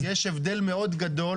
יש הבדל גדול מאוד,